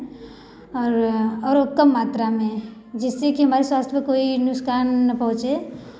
और और कम मात्रा में जिससे कि हमारे स्वास्थ में कोई नुक़सान का